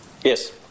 Yes